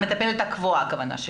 הכוונה שלי היא המטפלת הקבועה.